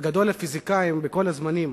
גדול הפיזיקאים בכל הזמנים.